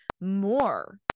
more